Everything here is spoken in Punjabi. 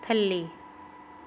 ਥੱਲੇ